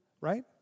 right